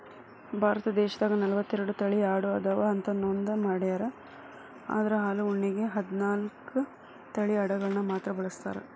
ಭಾರತ ದೇಶದಾಗ ನಲವತ್ತೆರಡು ತಳಿ ಆಡು ಅದಾವ ಅಂತ ನೋಂದ ಮಾಡ್ಯಾರ ಅದ್ರ ಹಾಲು ಉಣ್ಣೆಗೆ ಹದ್ನಾಲ್ಕ್ ತಳಿ ಅಡಗಳನ್ನ ಮಾತ್ರ ಬಳಸ್ತಾರ